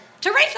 Teresa